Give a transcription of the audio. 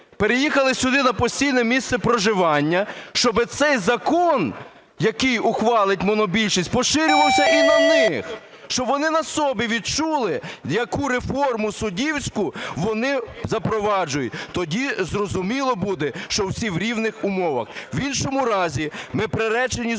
переїхали сюди на постійне місце проживання, щоб цей закон, який ухвалить монобільшість, поширювався і на них, щоб вони на собі відчули, яку реформу суддівську вони запроваджують? Тоді зрозуміло буде, що всі в рівних умовах. В іншому разі ми приречені знову